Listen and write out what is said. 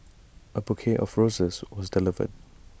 A bouquet of roses was delivered